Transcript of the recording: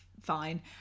fine